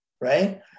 right